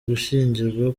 gushyingirwa